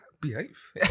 behave